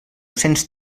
cents